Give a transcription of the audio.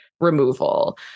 removal